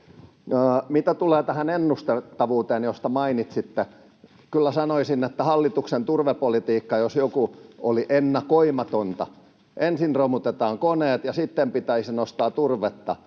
Mitä tulee tähän ennustettavuuteen, josta mainitsitte, niin kyllä sanoisin, että hallituksen turvepolitiikka, jos joku, oli ennakoimatonta: ensin romutetaan koneet ja sitten pitäisi nostaa turvetta.